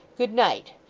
good night!